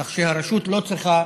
כך שהרשות לא צריכה